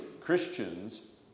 Christians